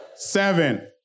Seven